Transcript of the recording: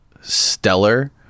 stellar